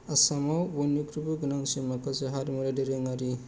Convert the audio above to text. आसामाव बयनिख्रुययबो गोनांसिन माखासे हारिमुआरि दोरोङारि